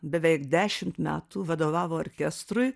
beveik dešimt metų vadovavo orkestrui